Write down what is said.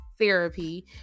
therapy